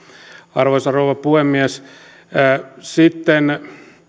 arvoisa rouva puhemies sitten